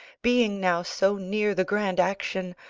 being now so near the grand action,